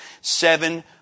seven